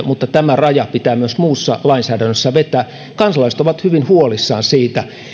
mutta tämä raja pitää myös muussa lainsäädännössä vetää kansalaiset ovat hyvin huolissaan siitä